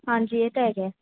ਹਾਂਜੀ ਇਹ ਤਾਂ ਹੈਗਾ